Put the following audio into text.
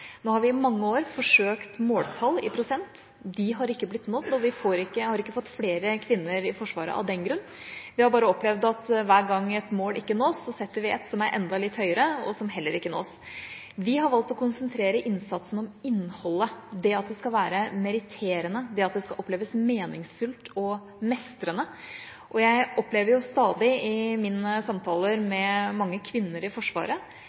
Nå har vi i mange år forsøkt måltall i prosent. De har ikke blitt nådd, og vi har ikke fått flere kvinner i Forsvaret av den grunn. Vi har bare opplevd at hver gang et mål ikke nås, setter vi ett som er enda litt høyere, og som heller ikke nås. Vi har valgt å konsentrere innsatsen om innholdet, det at det skal være meritterende, det at det skal oppleves meningsfullt og mestrende. Jeg opplever stadig i mine samtaler med mange kvinner i Forsvaret